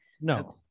No